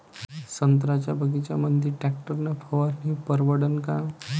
संत्र्याच्या बगीच्यामंदी टॅक्टर न फवारनी परवडन का?